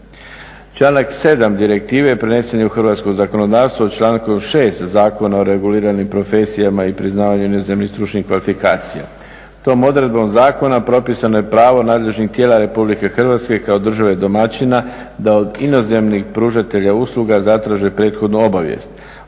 Članak 7. Direktive prenesen je u hrvatsko zakonodavstvo člankom 6. Zakona o reguliranim profesijama i priznavanju inozemnih stručnih kvalifikacija. Tom odredbom zakona propisano je pravo nadležnih tijela Republike Hrvatske kao države domaćina da od inozemnih pružatelja usluga zatraže prethodnu obavijest